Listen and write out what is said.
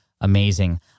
amazing